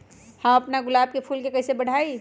हम अपना गुलाब के फूल के कईसे बढ़ाई?